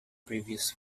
previous